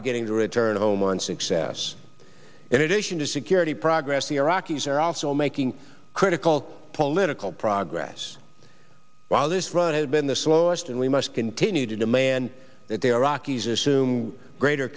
beginning to return home one success in addition to security progress iraqis are also making critical political progress while this run has been the slowest and we must continue to demand that their rocky's assume greater